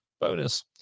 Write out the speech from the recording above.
bonus